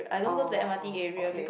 oh okay